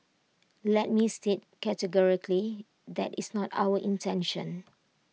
let me state categorically that is not our intention